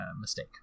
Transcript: mistake